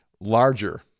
larger